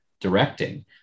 directing